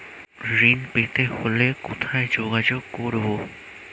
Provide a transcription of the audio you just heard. ঋণ পেতে হলে কোথায় যোগাযোগ করব?